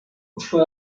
fue